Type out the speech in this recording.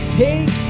take